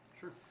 Sure